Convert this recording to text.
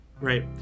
right